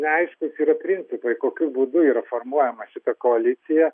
neaiškūs yra principai kokiu būdu ir formuojama šita koalicija